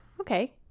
Okay